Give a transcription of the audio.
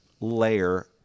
layer